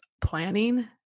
planning